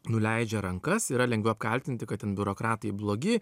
nuleidžia rankas yra lengviau apkaltinti kad ten biurokratai blogi